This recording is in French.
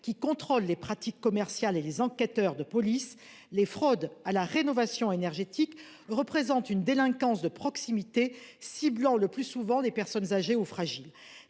qui contrôle les pratiques commerciales et les enquêteurs de police les fraudes à la rénovation énergétique représente une délinquance de proximité ciblant le plus souvent des personnes âgées ou fragiles,